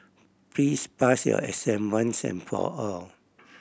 please pass your exam once and for all